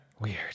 Weird